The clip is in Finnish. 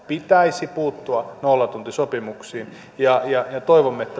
pitäisi puuttua nollatuntisopimuksiin ja ja toivomme että